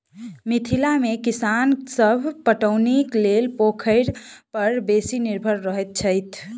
मिथिला मे किसान सभ पटौनीक लेल पोखरि पर बेसी निर्भर रहैत छथि